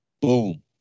boom